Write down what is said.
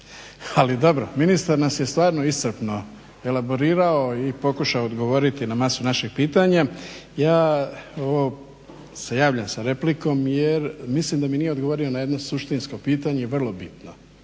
Ali dobro, ministar nas je stvarno iscrpno elaborirao i pokušao odgovoriti na masu naših pitanja. Ja se javljam sa replikom jer mislim da mi nije odgovorio na jedno suštinsko pitanje vrlo bitno.